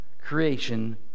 creation